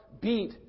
beat